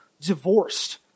divorced